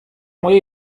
moja